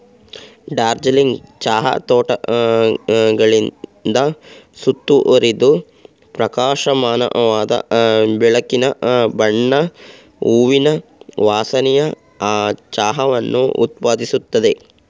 ಡಾರ್ಜಿಲಿಂಗ್ ಚಹಾ ತೋಟಗಳಿಂದ ಸುತ್ತುವರಿದಿದ್ದು ಪ್ರಕಾಶಮಾನವಾದ ಬೆಳಕಿನ ಬಣ್ಣ ಹೂವಿನ ವಾಸನೆಯ ಚಹಾವನ್ನು ಉತ್ಪಾದಿಸುತ್ತದೆ